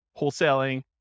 wholesaling